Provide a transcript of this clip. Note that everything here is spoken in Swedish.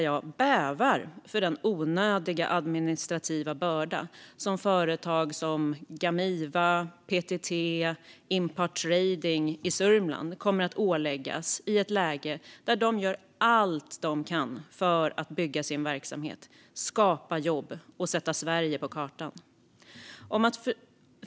Jag bävar för den onödiga administrativa börda som företag som Gamiva, PTT och Inpart Trading i Sörmland kommer att åläggas i ett läge där de gör allt de kan för att bygga sin verksamhet, skapa jobb och sätta Sverige på kartan.